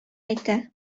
әйтә